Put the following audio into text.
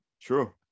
True